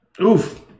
oof